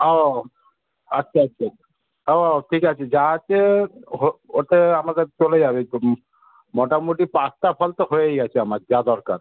ও আচ্ছা আচ্ছা ও ঠিক আছে যা আছে হো ওতে আমাদের চলে যাবে তুমি মোটামোটি পাঁচটা ফল তো হয়েই গেছে আমার যা দরকার